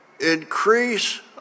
Increase